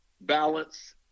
balance